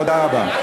תודה רבה.